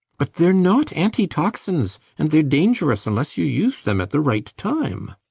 but theyre not anti-toxins and theyre dangerous unless you use them at the right time.